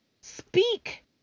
Speak